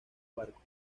barcos